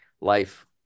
life